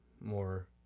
more